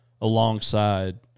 alongside